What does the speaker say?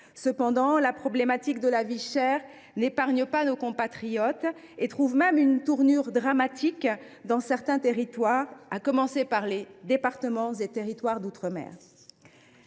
Cependant, la problématique de la vie chère n’épargne pas nos compatriotes. Elle prend même une tournure dramatique dans certains territoires, à commencer par les départements et collectivités d’outre mer.